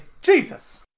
Jesus